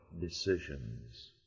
decisions